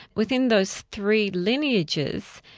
within those three lineages,